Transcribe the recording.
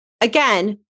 Again